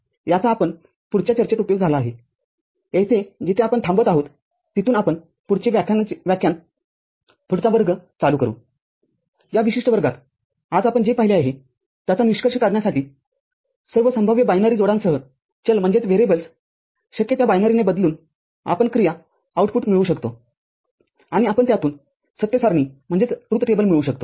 याचा आपल्या पुढच्या चर्चेत उपयोग झाला आहे येथे जिथे आपण थांबत आहोत तिथून आपण पुढचे व्याख्यान पुढचा वर्ग चालू करू या विशिष्ट वर्गात आज आपण जे पाहिले आहे त्याचा निष्कर्ष काढण्यासाठी सर्व संभाव्य बायनरी जोडांसह चल शक्य त्या बायनरीनेंबदलून आपण क्रिया आउटपुटमिळवू शकतो आणि आपण त्यातून सत्य सारणीमिळवू शकतो